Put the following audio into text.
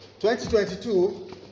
2022